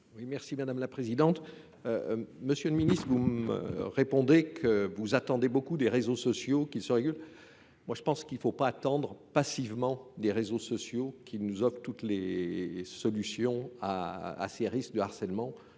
merci madame la présidente. Monsieur le Ministre vous me répondez que vous attendez beaucoup des réseaux sociaux qui se règle. Moi je pense qu'il ne faut pas attendre passivement des réseaux sociaux qu'ils nous offrent toutes les solutions à ces risques de harcèlement.